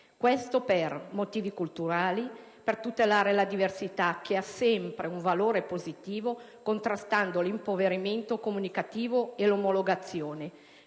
Ciò per motivi culturali, per tutelare la diversità che ha sempre un valore positivo, contrastando l'impoverimento comunicativo e l'omologazione,